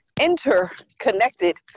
interconnected